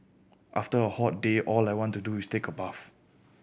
after a hot day all I want to do is take a bath